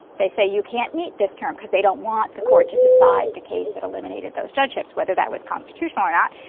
they say you can't meet this term because they don't want the court to decide the case that eliminated those judgeships, whether that was constitutional or not.